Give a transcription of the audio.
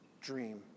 dream